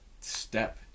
step